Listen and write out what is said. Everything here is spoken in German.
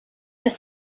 ist